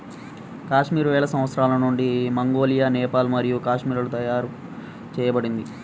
కాశ్మీర్ వేల సంవత్సరాల నుండి మంగోలియా, నేపాల్ మరియు కాశ్మీర్లలో తయారు చేయబడింది